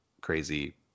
crazy